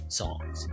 songs